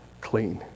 clean